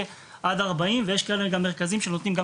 זה דבר